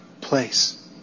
place